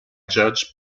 judge